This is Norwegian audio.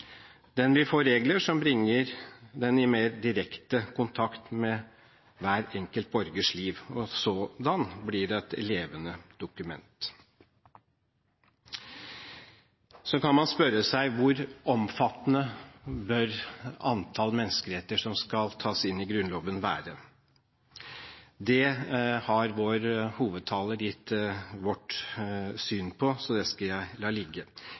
den vil få regler som bringer den i mer direkte kontakt med hver enkelt borgers liv, og sådan blir den et levende dokument. Så kan man spørre seg om hvor omfattende antallet menneskerettigheter som skal tas inn i Grunnloven, bør være. Det har vår hovedtaler gitt vårt syn på, så det skal jeg la ligge,